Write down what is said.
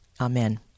Amen